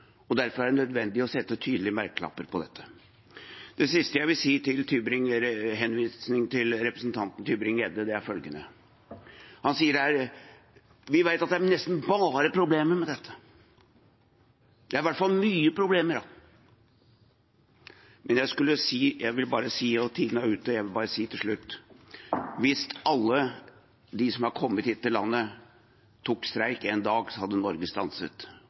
og derfor er det nødvendig å sette tydelige merkelapper på dette. Det siste jeg vil si, er med henvisning til representanten Tybring-Gjedde, og det er følgende: Han sier at de vet at det er nesten bare problemer med dette – i hvert fall mye problemer. Tiden er ute, men jeg vil bare si til slutt Hvis alle de som har kommet hit til landet, streiket én dag, hadde Norge stanset